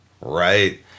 right